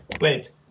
wait